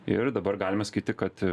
ir dabar galime sakyti kad